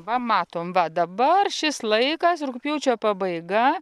va matom va dabar šis laikas rugpjūčio pabaiga